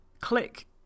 click